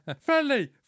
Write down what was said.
friendly